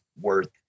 worth